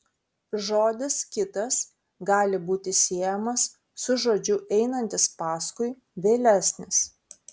žodis kitas gali būti siejamas su žodžiu einantis paskui vėlesnis